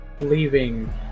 leaving